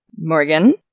Morgan